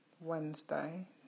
Wednesday